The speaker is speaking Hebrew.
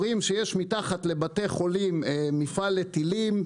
אומרים שיש מתחת לבתי חולים מפעל לטילים,